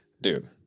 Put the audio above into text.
dude